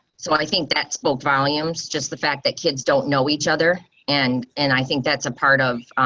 so i think that spoke volumes, just the fact that kids don't know each other and and i think that's a part of